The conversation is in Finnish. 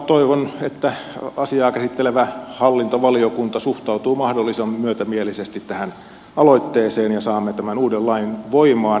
toivon että asiaa käsittelevä hallintovaliokunta suhtautuu mahdollisimman myötämielisesti tähän aloitteeseen ja saamme tämän uuden lain voimaan